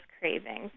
cravings